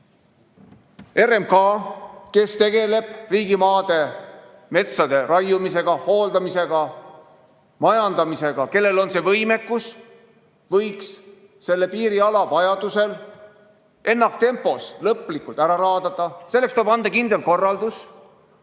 RMK, kes tegeleb riigimaadel metsade raiumisega, hooldamisega, majandamisega, kellel on see võimekus, võiks selle piiriala vajadusel ennaktempos lõplikult ära raadata. Selleks tuleb anda kindel korraldus.